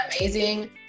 amazing